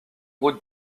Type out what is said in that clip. route